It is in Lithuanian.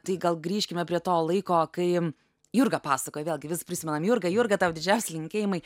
tai gal grįžkime prie to laiko kai jurga pasakojo vėlgi vis prisimenam jurga jurga tau didžiausi linkėjimai